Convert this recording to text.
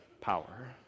power